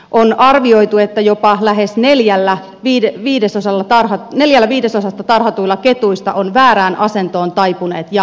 on arvioitu että jopa lähes neljällä viidesosalla tarhatuista ketuista on väärään asentoon taipuneet jalat